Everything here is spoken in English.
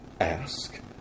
Ask